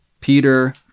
Peter